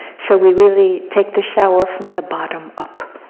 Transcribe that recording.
so we really take the shower from the bottom up.